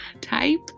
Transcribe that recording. type